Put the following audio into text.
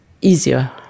easier